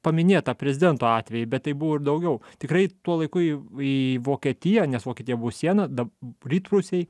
paminėtą prezidento atvejį bet tai buvo ir daugiau tikrai tuo laiku į į vokietiją nes vokietija buvo siena dabar rytprūsiai